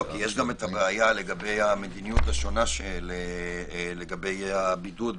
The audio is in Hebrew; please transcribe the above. כי יש הבעיה לגבי המדיניות השונה לגבי הבידוד ומלוניות.